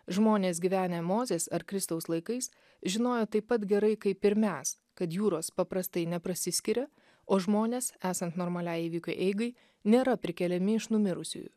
žmonės gyvenę mozės ar kristaus laikais žinojo taip pat gerai kaip ir mes kad jūros paprastai neprasiskiria o žmonės esant normaliai įvykių eigai nėra prikeliami iš numirusiųjų